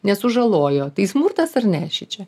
nesužalojo tai smurtas ar ne šičia